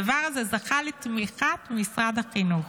הדבר הזה זכה לתמיכת משרד החינוך.